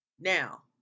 Now